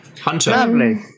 Hunter